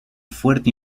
fuerte